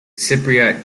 cypriot